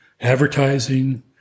advertising